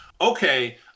okay